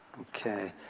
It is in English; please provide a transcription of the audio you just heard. Okay